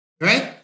right